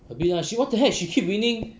a bit ah she what the heck she keep winning